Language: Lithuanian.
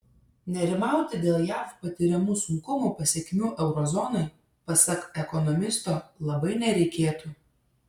nerimauti dėl jav patiriamų sunkumų pasekmių euro zonai pasak ekonomisto labai nereikėtų